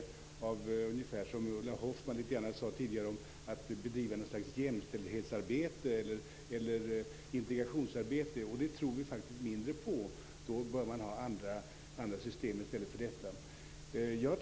Det är ungefär som om den, som Ulla Hoffmann sade tidigare, skall bedriva något slags integrationsarbete. Det tror vi faktiskt mindre på. Då bör man ha andra system i stället för detta.